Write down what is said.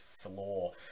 floor